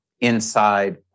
inside